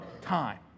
time